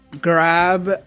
grab